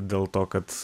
dėl to kad